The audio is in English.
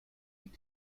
and